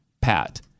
pat